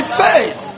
faith